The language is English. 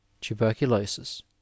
Tuberculosis